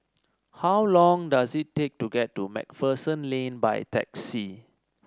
how long does it take to get to MacPherson Lane by taxi